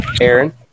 Aaron